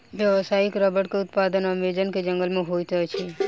व्यावसायिक रबड़ के उत्पादन अमेज़न के जंगल में होइत अछि